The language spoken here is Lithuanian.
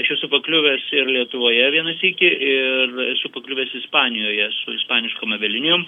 aš esu pakliuvęs ir lietuvoje vieną sykį ir esu pakliuvęs ispanijoje su ispaniškom avialinijom